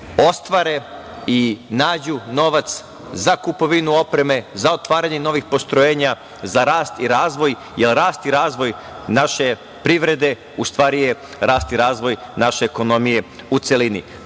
ostvare i nađu novac za kupovinu opreme, za otvaranje novih postrojenja, za rast i razvoj, jer rast i razvoj naše privrede u stvari je rast i razvoj naše ekonomije u celini. Četiri